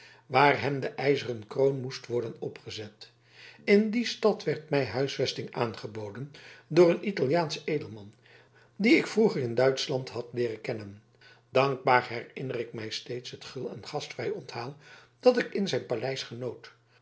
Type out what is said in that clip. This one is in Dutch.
waar hem de ijzeren kroon moest worden opgezet in die stad werd mij huisvesting aangeboden door een italiaansch edelman dien ik vroeger in duitschland had leeren kennen dankbaar herinner ik mij steeds het gul en gastvrij onthaal dat ik in zijn paleis genoot